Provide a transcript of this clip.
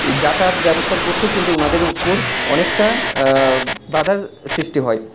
এই যাতায়াত ব্যবস্তার পক্ষেও কিন্তু ওনাদের ওপর অনেকটা বাধার সিষ্টি হয়